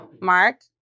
Mark